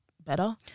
better